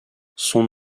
son